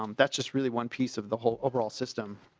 um that's just really one piece of the hole overall system.